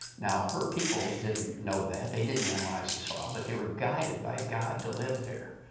now, her peoples didn't know that. they didn't analyze the soil, but they were guided by god to live there.